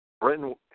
Britain